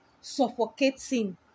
suffocating